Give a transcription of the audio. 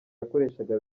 yakoreshaga